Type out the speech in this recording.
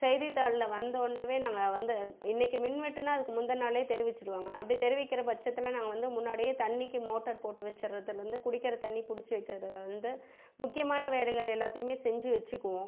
செய்திதாளில் வந்தவொன்னவே நாங்கள் வந்து இன்னிக்கு மின்வெட்டுனால் அதுக்கு முந்தின நாளே தெரிவிச்சிவிடுவாங்க அப்படி தெரிவிக்கிற பட்சதுல நாங்கள் வந்து முன்னாடியே தண்ணிக்கு மோட்டார் போட்டு வச்சுறதுலேருந்து குடிக்கிற தண்ணி பிடிச்சி வச்சுறது வந்து முக்கியமான வேலைகள் எல்லாத்தையுமே செஞ்சு வச்சுக்குவோம்